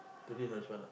today nice one ah